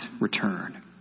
return